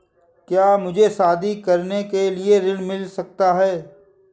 क्या मुझे शादी करने के लिए ऋण मिल सकता है?